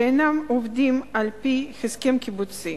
שאינם עובדים על-פי הסכם קיבוצי.